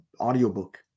audiobook